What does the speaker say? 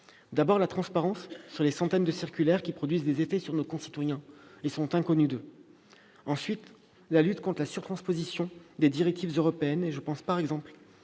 D'abord, la transparence sur les centaines de circulaires qui produisent des effets sur nos concitoyens et sont inconnues d'eux. Ensuite, la lutte contre la surtransposition des directives européennes. Je pense, par exemple,